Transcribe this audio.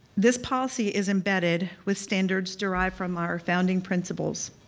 this policy is embedded with standards derived from our founding principles.